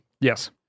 Yes